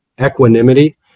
equanimity